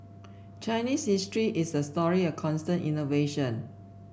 Chinese history is a story of constant innovation